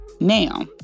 Now